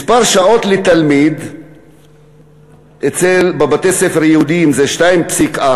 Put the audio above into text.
מספר השעות לתלמיד בבתי-הספר היהודיים זה 2.4,